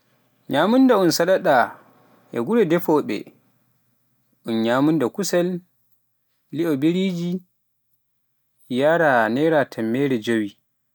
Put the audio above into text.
nyamunda saɗa e gure defoobe nyamunda kusel, lio e biriji e yaara naira tammere jeewii.